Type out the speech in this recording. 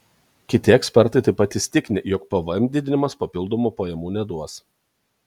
kiti ekspertai taip pat įsitikinę jog pvm didinimas papildomų pajamų neduos